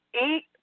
eight